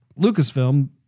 Lucasfilm